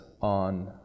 on